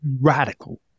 radical